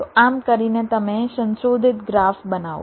તો આમ કરીને તમે સંશોધિત ગ્રાફ બનાવો